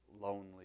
lonely